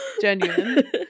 Genuine